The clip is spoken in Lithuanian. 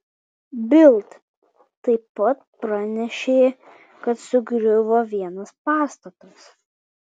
bild taip pat pranešė kad sugriuvo vienas pastatas